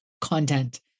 content